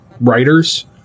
writers